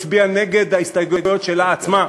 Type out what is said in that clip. הצביעה נגד ההסתייגויות שלה עצמה.